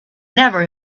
never